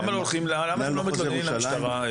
למה לא מתלוננים במשטרה?